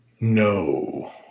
No